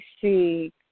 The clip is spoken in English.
see